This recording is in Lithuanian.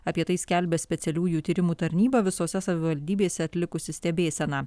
apie tai skelbia specialiųjų tyrimų tarnyba visose savivaldybėse atlikusi stebėseną